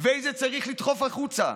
ואיזה צריך לדחוף החוצה.